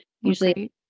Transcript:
usually